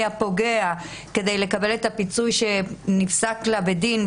הפוגע כדי לקבל את הפיצוי שנפסק לה בדין,